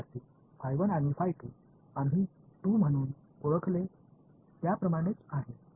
विद्यार्थीः आणि आम्ही 2 म्हणून ओळखले त्याप्रमाणेच आहे